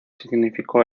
significó